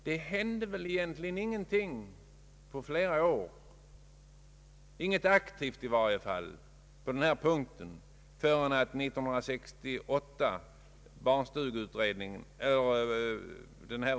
Det hände ingenting på flera år, inget aktivt i varje fall, förrän 1968, då barnstugeutredningen tillsattes.